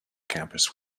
campus